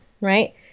right